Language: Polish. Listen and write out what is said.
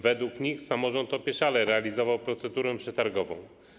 Według nich samorząd opieszale realizował procedurę przetargową.